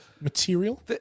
material